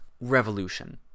revolution